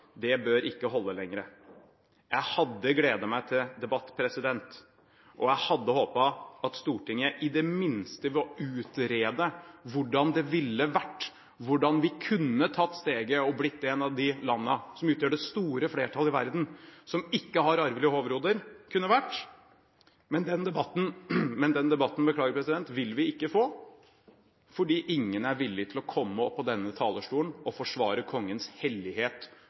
dag, bør ikke holde lenger. Jeg hadde gledet meg til debatt, og jeg hadde håpet at Stortinget i det minste kunne utrede hvordan det ville vært, hvordan vi kunne tatt steget og blitt et av de landene som utgjør det store flertall i verden som ikke har arvelige overhoder, men den debatten vil vi ikke få fordi ingen er villig til å komme opp på denne talerstolen og forsvare kongens hellighet